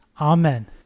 Amen